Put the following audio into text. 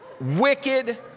wicked